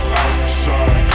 outside